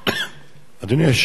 ביותר.